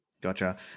gotcha